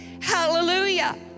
Hallelujah